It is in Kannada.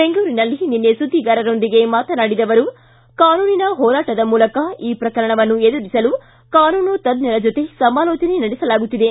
ಬೆಂಗಳೂರಿನಲ್ಲಿ ನಿನ್ನೆ ಸುದ್ದಿಗಾರರೊಂದಿಗೆ ಮಾತನಾಡಿದ ಅವರು ಕಾನೂನಿನ ಹೋರಾಟದ ಮೂಲಕ ಈ ಪ್ರಕರಣವನ್ನು ಎದುರಿಸಲು ಕಾನೂನು ತಜ್ಞರ ಜೊತೆ ಸಮಾಲೋಚನೆ ನಡೆಸಲಾಗುತ್ತಿದೆ